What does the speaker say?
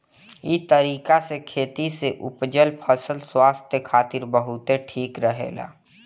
इ तरीका से खेती से उपजल फसल स्वास्थ्य खातिर बहुते ठीक रहेला